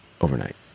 Overnight